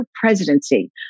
presidency